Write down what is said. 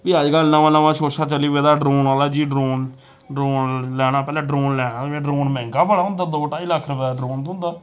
फ्ही अज्जकल नमां नमां सोशा चली पेदा ड्रोन आह्ला जी ड्रोन ड्रोन लैना पैह्लें ड्रोन लैना ते ड्रोन मैंह्गा बड़ा होंदा दो ढाई लक्ख रपेऽ दा ड्रोन थ्होंदा